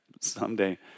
someday